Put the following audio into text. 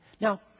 Now